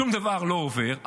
שום דבר לא עובר,